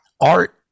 art